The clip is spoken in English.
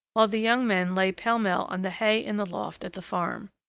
while the young men lay pell-mell on the hay in the loft at the farm.